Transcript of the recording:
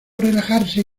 relajarse